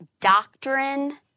doctrine